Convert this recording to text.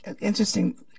interesting